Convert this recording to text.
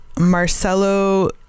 Marcelo